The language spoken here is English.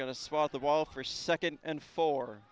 going to swap the wall for second and fo